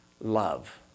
love